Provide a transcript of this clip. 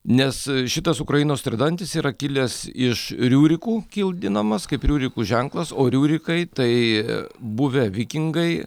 nes šitas ukrainos tridantis yra kilęs iš riurikų kildinamas kaip riurikų ženklas o riurikai tai buvę vikingai